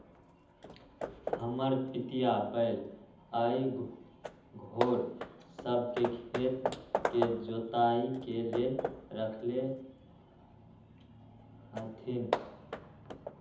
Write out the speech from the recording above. हमर पितिया बैल आऽ घोड़ सभ के खेत के जोताइ के लेल रखले हथिन्ह